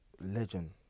legend